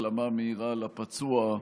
החלמה מהירה לפצוע.